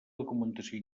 documentació